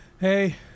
Hey